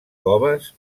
coves